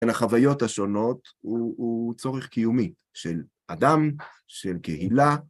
הן החוויות השונות הוא צורך קיומי של אדם, של קהילה.